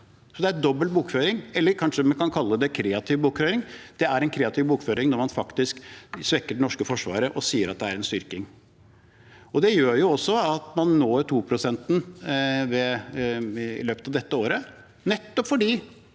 Det er dobbel bokføring, eller kanskje vi kan kalle det kreativ bokføring. Det er kreativ bokføring når man faktisk svekker det norske forsvaret og sier at det er en styrking. Det gjør jo også at man når målet om 2 pst. i løpet av dette året, nettopp fordi